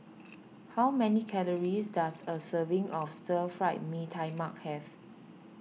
how many calories does a serving of Stir Fry Mee Tai Mak have